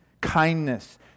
kindness